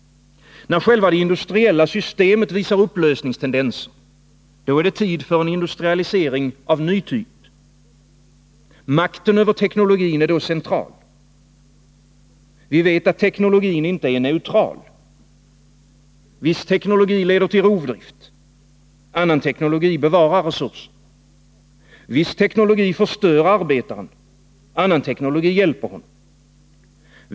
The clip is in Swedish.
När själva det industriella systemet visar upplösningstendenser, då är det tid för en industrialisering av ny typ. Makten över teknologin är då central. Vi vet att teknologin inte är neutral. Viss teknologi leder till rovdrift. Annan teknologi bevarar resurser. Viss teknologi förstör arbetaren, annan teknologi hjälper honom.